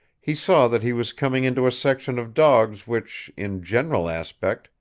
he saw that he was coming into a section of dogs which, in general aspect,